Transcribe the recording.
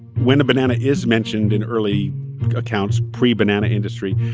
when a banana is mentioned in early accounts pre-banana industry,